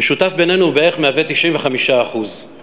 המשותף בינינו מהווה בערך 95%;